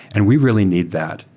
and we really need that.